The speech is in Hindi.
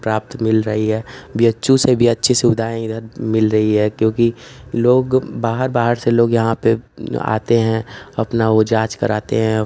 प्राप्त मिल रही है बी एच यू से भी अच्छी सुविधाएँ इधर मिल रही हैं क्योंकि लोग बाहर बाहर से लोग यहाँ पर आते हैं अपनी वह जाँच कराते हैं